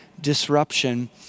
disruption